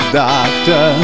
doctor